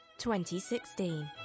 2016